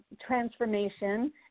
transformation